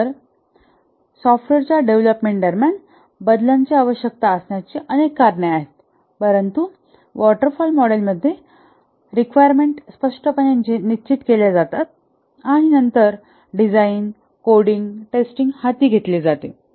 तर सॉफ्टवेअरच्या डेव्हलपमेंट दरम्यान बदलांची आवश्यकता असण्याची अनेक कारणे आहेत परंतु वॉटर फॉल मॉडेलमध्ये आवश्यकता स्पष्टपणे निश्चित केल्या जातात आणि नंतर डिझाइन कोडिंग आणि टेस्टिंग हाती घेतली जाते